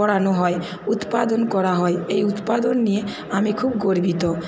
পড়ানো হয় উৎপাদন করা হয় এই উৎপাদন নিয়ে আমি খুব গর্বিত